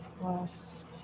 plus